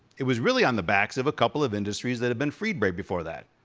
it was really on the backs of a couple of industries that had been freed right before that.